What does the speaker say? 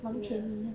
ya